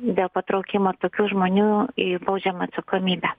dėl patraukimo tokių žmonių į baudžiamąją atsakomybę